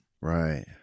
Right